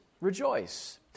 rejoice